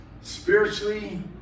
Spiritually